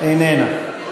איננה.